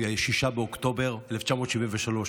ב-6 באוקטובר 1973,